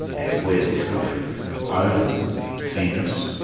and we as a country owe them fairness,